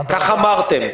כך אמרתם.